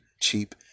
cheap